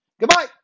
Goodbye